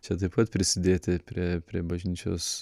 čia taip pat prisidėti prie prie bažnyčios